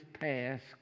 task